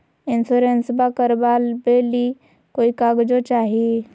इंसोरेंसबा करबा बे ली कोई कागजों चाही?